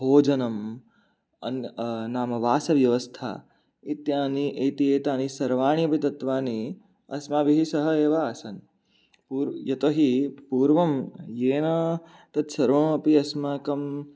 भोजनम् अन्नं नाम वासव्यवस्था इत्यादि इत्येतानि सर्वाणि अपि तत्त्वानि अस्माभिः सह एव आसन् पूर् यतोहि पूर्वं येन तत् सर्वमपि अस्माकं